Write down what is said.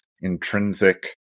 intrinsic